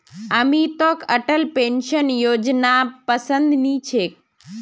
अमितक अटल पेंशन योजनापसंद नी छेक